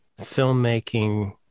filmmaking